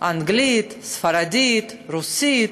אנגלית, ספרדית, רוסית,